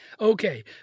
Okay